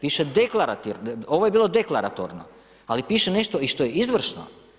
Piše deklaratir, ovo je bilo deklaratorno, ali piše nešto i što je izvršno.